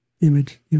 image